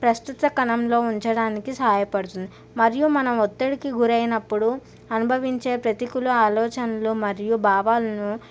ప్రస్తుత కణంలో ఉంచడానికి సహాయపడుతుంది మరియు మనం ఒత్తిడికి గురైనప్పుడు అనుభవించే ప్రతికూల ఆలోచన్లు మరియు భావాలను